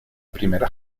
primera